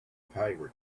pirate